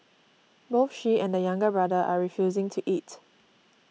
both she and the younger brother are refusing to eat